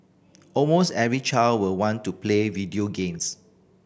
almost every child will want to play video games